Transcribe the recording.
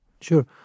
Sure